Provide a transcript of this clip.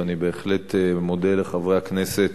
ואני בהחלט מודה לחברי הכנסת